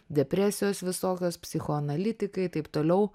depresijos visokios psichoanalitikai taip toliau